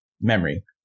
memory